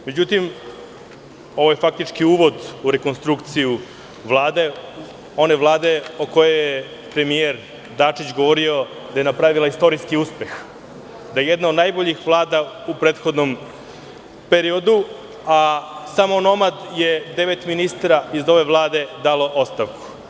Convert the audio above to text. Međutim, ovo je faktički uvodu u rekonstrukciju Vlade, one Vlade o kojoj je premijer Dačić govorio da je napravila istorijski uspeh, da je jedna od najboljih Vlada u prethodnom periodu, a samo onomad je devet ministara iz ove Vlade dalo ostavku.